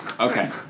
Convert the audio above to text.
Okay